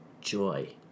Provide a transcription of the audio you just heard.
joy